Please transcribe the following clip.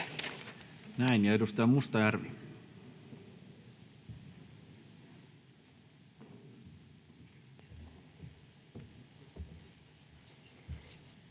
— Ja edustaja Mustajärvi.